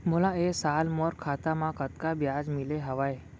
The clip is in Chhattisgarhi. मोला ए साल मोर खाता म कतका ब्याज मिले हवये?